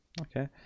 Okay